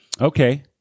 Okay